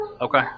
Okay